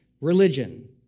Religion